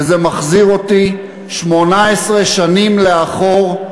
וזה מחזיר אותי 18 שנה לאחור,